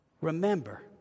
remember